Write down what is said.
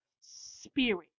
spirit